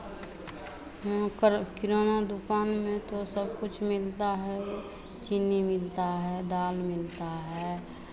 हाँ कर किराना दुकान में तो सब कुछ मिलता है चीनी मिलता है दाल मिलता है